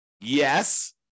Yes